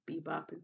bebopping